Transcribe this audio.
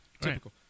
Typical